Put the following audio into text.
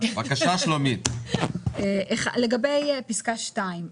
הם נקבעו לפי שיקול מסוים ואני רוצה להבין את השיקול.